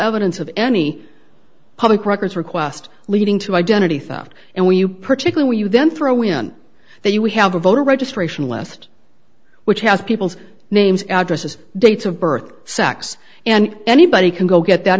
evidence of any public records request leading to identity theft and when you particular you then throw in that you we have a voter registration list which has people's names addresses dates of birth sex and anybody can go get that